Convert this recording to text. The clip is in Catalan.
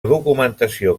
documentació